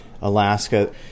Alaska